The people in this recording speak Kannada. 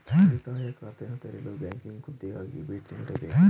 ಉಳಿತಾಯ ಖಾತೆಯನ್ನು ತೆರೆಯಲು ಬ್ಯಾಂಕಿಗೆ ಖುದ್ದಾಗಿ ಭೇಟಿ ನೀಡಬೇಕೇ?